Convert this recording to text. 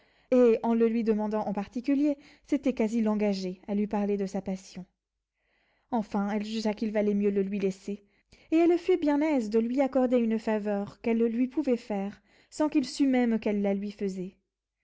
et en le lui demandant en particulier c'était quasi l'engager à lui parler de sa passion enfin elle jugea qu'il valait mieux le lui laisser et elle fut bien aise de lui accorder une faveur qu'elle lui pouvait faire sans qu'il sût même qu'elle la lui faisait